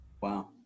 Wow